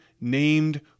named